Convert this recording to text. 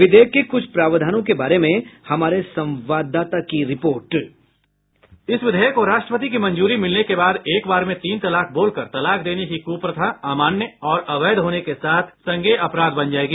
विधेयक के कुछ प्रावधानों के बारे में हमारे संवाददाता की रिपोर्ट साउंड बाईट इस विधेयक को राष्ट्रपति की मंजूरी मिलने के बाद एक बार में तीन तलाक बोलकर तलाक देने की कुप्रथा अमान्य और अवैध होने के साथ संज्ञय अपराध बन जाएगी